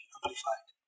Amplified